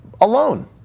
Alone